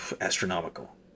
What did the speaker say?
astronomical